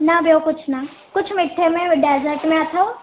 न ॿियो कुझु न कुझु मिठे में डेजर्ट में अथव